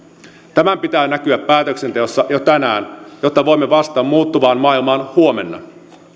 tämän pitää näkyä päätöksenteossa jo tänään jotta voimme vastata muuttuvaan maailmaan huomenna